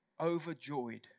overjoyed